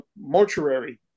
mortuary